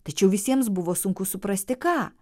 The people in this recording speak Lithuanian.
tačiau visiems buvo sunku suprasti ką